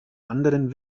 anderen